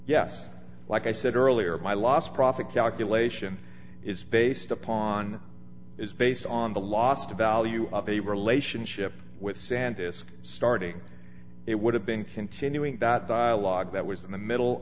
yes like i said earlier my last profit calculation is based upon is based on the last value of a relationship with sandusky starting it would have been continuing that dialogue that was in the middle